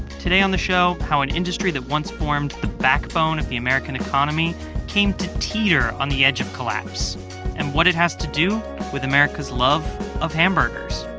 today on the show, how an industry that once formed the backbone of the american economy came to teeter on the edge of collapse and what it has to do with america's love of hamburgers